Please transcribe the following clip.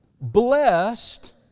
blessed